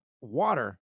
water